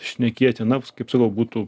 šnekėti na kaip sakau būtų